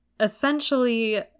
essentially